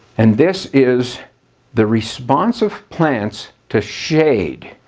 and this is the response of plants to shade.